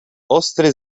ostry